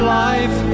life